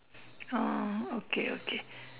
oh okay okay